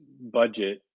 budget